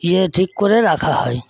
ইয়ে ঠিক করে রাখা হয়